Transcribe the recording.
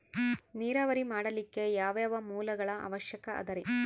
ನೇರಾವರಿ ಮಾಡಲಿಕ್ಕೆ ಯಾವ್ಯಾವ ಮೂಲಗಳ ಅವಶ್ಯಕ ಅದರಿ?